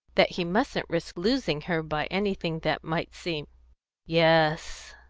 that he mustn't risk losing her by anything that might seem yes,